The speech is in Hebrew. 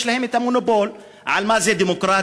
יש להם את המונופול על מה זה דמוקרטי,